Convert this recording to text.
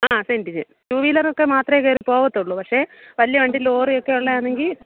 ആ സെന്റിന് റ്റു വീലറൊക്കെ മാത്രമേ കയറി പോകത്തുള്ളൂ പക്ഷെ വലിയ വണ്ടി ലോറി ഒക്കെ ഉള്ളതാണെങ്കിൽ